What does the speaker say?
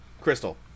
Crystal